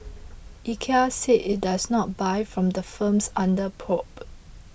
IKEA said it does not buy from the firms under probe